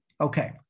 Okay